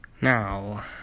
Now